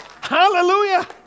Hallelujah